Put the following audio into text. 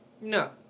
no